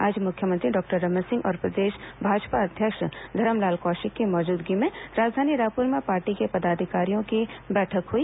आज मुख्यमंत्री डॉक्टर रमन सिंह और प्रदेश भाजपा अध्यक्ष धरमलाल कौशिक की मौजूदगी में राजधानी रायपुर में पार्टी के पदाधिकारियों की बैठक हुई